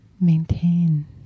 maintain